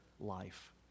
life